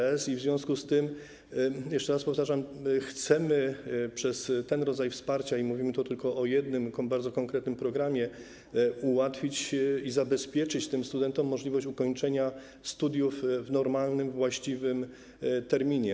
I w związku z tym, jeszcze raz powtarzam, chcemy przez ten rodzaj wsparcia, i mówimy tu tylko o jednym bardzo konkretnym programie, ułatwić i zabezpieczyć tym studentom możliwość ukończenia studiów w normalnym, właściwym terminie.